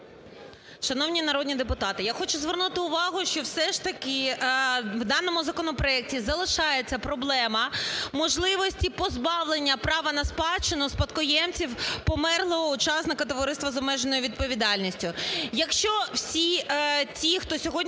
Шановні народні депутати, я хочу звернути увагу, що все ж таки в даному законопроекті залишається проблема можливості позбавлення права на спадщину спадкоємців померлого учасника товариства з